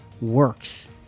works